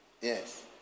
Yes